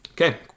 Okay